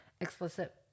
explicit